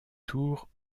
tour